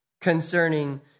concerning